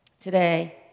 today